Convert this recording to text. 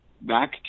back